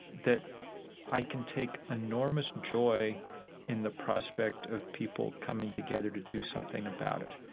that i can take enormous joy in the prospect of people coming together to do something about it